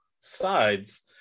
sides